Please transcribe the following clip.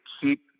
keep